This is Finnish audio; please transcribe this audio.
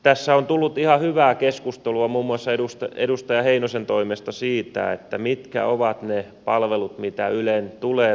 tässä on tullut ihan hyvää keskustelua muun muassa edustaja heinosen toimesta siitä mitkä ovat ne palvelut mitä ylen tulee tarjota